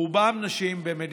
רובם נשים.